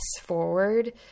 forward